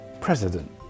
President